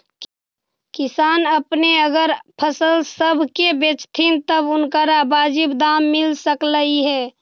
किसान अपने अगर फसल सब के बेचतथीन तब उनकरा बाजीब दाम मिल सकलई हे